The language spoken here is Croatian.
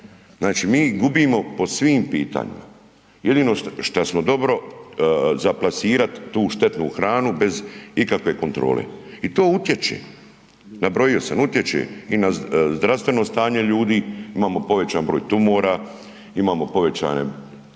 Znači mi gubimo po svim pitanjima, jedno što smo dobro za plasirat tu štetnu hranu bez ikakve kontrole. I to utječe nabrojio sam utječe i na zdravstveno stanje ljudi, imamo povećani broj tumora, imamo povećane,